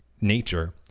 nature